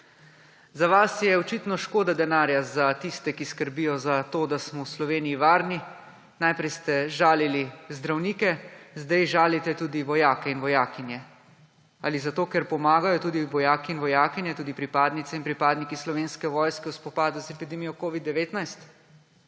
Za vas je očitno škoda denarja za tiste, ki skrbijo za to, da smo v Sloveniji varni. Najprej ste žalili zdravnike, zdaj žalite tudi vojake in vojakinje. Ali zato, ker pomagajo tudi vojaki in vojakinje, tudi pripadnice in pripadniki Slovenske vojske v spopadu z epidemijo covida-19?